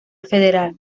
federal